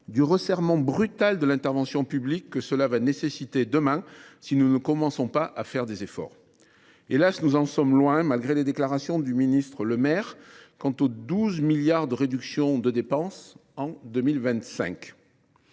du resserrement brutal de l’intervention publique que cela va nécessiter demain si nous ne commençons pas à faire des efforts. Hélas, nous en sommes loin, malgré les déclarations de Bruno Le Maire sur les 12 milliards d’euros de réduction de dépenses en 2025…